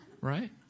right